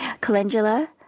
Calendula